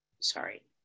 sorry